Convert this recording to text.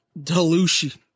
Delushi